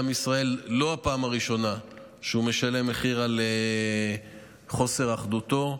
זו לא פעם ראשונה שעם ישראל משלם מחיר על חוסר אחדותו.